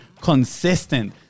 consistent